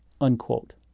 unquote